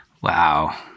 Wow